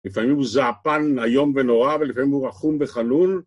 לפעמים הוא זעפן איום ונורא ולפעמים הוא רחום וחנון